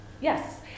Yes